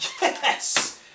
Yes